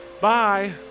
Bye